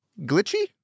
glitchy